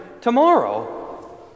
tomorrow